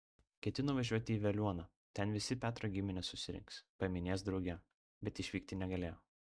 ketino važiuoti į veliuoną ten visi petro giminės susirinks paminės drauge bet išvykti negalėjo